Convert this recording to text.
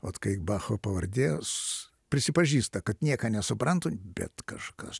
vat kai bacho pavardė s prisipažįsta kad nieka nesuprantu bet kažkas